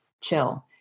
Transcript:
chill